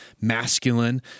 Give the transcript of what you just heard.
masculine